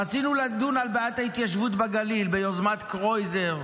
רצינו לדון על בעיית ההתיישבות בגליל ביוזמת קרויזר,